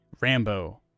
Rambo